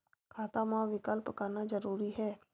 खाता मा विकल्प करना जरूरी है?